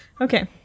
okay